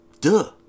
Duh